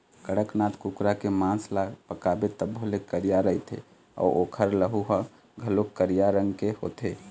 कड़कनाथ कुकरा के मांस ल पकाबे तभो ले करिया रहिथे अउ ओखर लहू ह घलोक करिया रंग के होथे